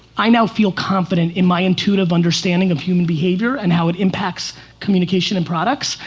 i now feel confident in my intuitive understanding of human behavior and how it impacts communication and products,